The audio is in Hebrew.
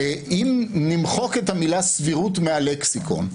אם נמחק את המילה סבירות מהלקסיקון,